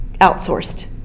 outsourced